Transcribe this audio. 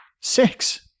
Six